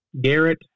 Garrett